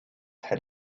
had